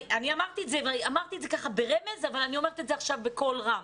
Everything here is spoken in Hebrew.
אמרתי את זה ברמיזה אבל אני אומרת את זה עכשיו בקול רם,